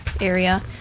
area